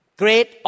great